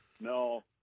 No